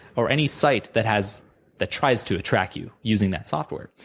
or any site that has that tries to track you using that software,